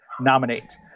nominate